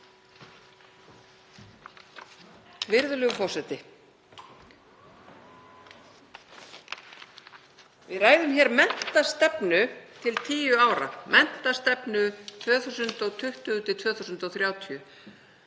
Virðulegur forseti. Við ræðum hér menntastefnu til tíu ára, menntastefnu 2020–2030.